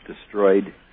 destroyed